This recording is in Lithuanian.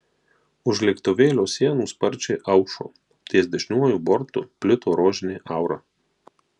už lėktuvėlio sienų sparčiai aušo ties dešiniuoju bortu plito rožinė aura